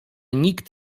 nikt